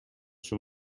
жыл